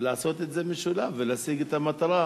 לעשות את זה משולב ולהשיג את המטרה,